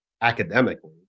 academically